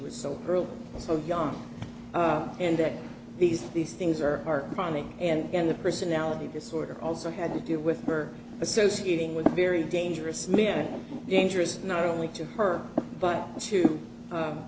was so early so young and that these these things are are chronic and a personality disorder also had to do with her associating with a very dangerous man dangerous not only to her but to